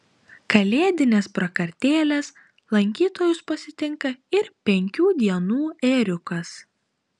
kalėdinės prakartėlės lankytojus pasitinka ir penkių dienų ėriukas